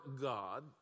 God